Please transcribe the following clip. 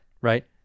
right